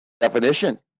Definition